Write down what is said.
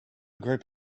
group